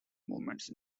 moments